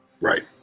Right